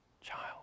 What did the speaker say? child